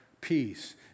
peace